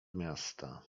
miasta